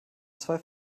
zwei